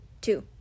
Two